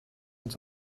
uns